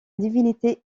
divinité